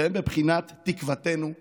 והם בבחינת תקוותנו כולנו: